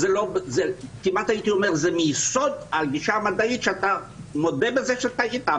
כמעט הייתי אומר שמיסוד הגישה המדעית אתה מודה בזה שטעית.